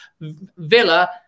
Villa